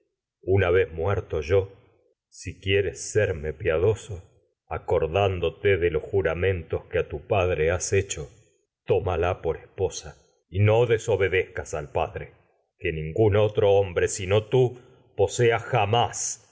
una vez de muerto los yo si quieres que serme piadoso acordándote juramentos a tu padre has he que cho tómala por esposa y no desobedezcas al padre a ningún que tú otro hombre sino tú posea jamás